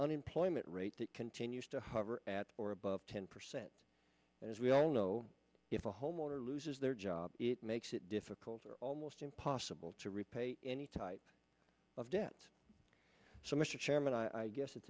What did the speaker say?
unemployment rate that continues to hover at or above ten percent and as we all know if a homeowner loses their job it makes it difficult or almost impossible to repay any type of debt so mr chairman i guess at